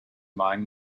mine